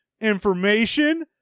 Information